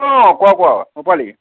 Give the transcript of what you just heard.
অ' কোৱা কোৱা ৰূপালী